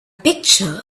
picture